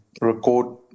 record